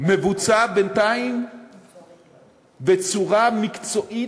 מבוצע בינתיים בצורה מקצועית,